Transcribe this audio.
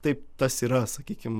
taip tas yra sakykim